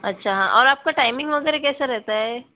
अच्छा हाँ और आपका टायमिंग वगैरह कैसा रहता है